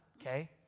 okay